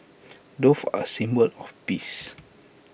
doves are symbol of peace